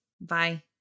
Bye